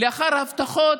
לאחר הבטחות